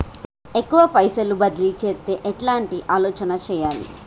ఎక్కువ పైసలు బదిలీ చేత్తే ఎట్లాంటి ఆలోచన సేయాలి?